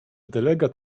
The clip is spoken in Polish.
delegat